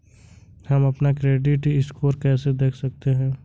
हम अपना credit score कैसे देख सकते हैं?